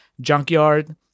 junkyard